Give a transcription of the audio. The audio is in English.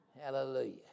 Hallelujah